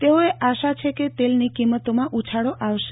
તેઓએ આશા છે કે તેલની કિંમતમાં ઉછાળો આવશે